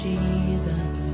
Jesus